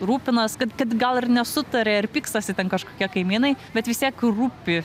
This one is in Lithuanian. rūpinas kad kad gal ir nesutaria ir pykstasi ten kažkokie kaimynai bet vis tiek rūpi